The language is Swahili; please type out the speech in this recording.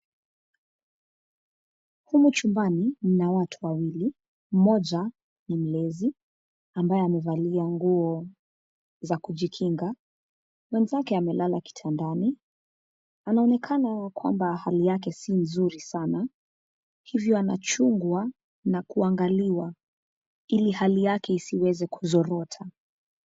Humu chumbani mna watu wawili, mmoja ni mlezi ambaye amevalia nguo za kujikinga. Mwenzake amelala kitandani, anaonekana kwamba hali yake si nzuri sana, hivyo anachungwa na kuangaliwa, ili hali yake isiweze kuzorota.